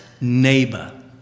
neighbor